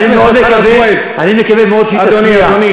אני מקווה מאוד שהיא תצליח.